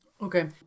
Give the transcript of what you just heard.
Okay